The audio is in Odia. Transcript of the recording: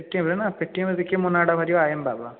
ପେଟିଏମ୍ ରେ ନା ପେଟିଏମ୍ ରେ ଦେଖିବେ ମୋ ନାଁଟା ବାହାରିବ ଆଇ ଏମ୍ ବାବା